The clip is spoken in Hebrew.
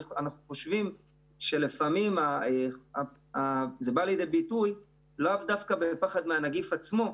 אנחנו חושבים שלפעמים זה בא לידי ביטוי לאו דווקא בפחד מהנגיף עצמו,